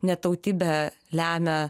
ne tautybę lemia